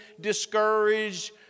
discouraged